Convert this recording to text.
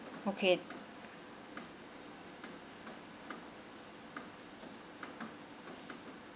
okay